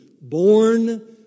born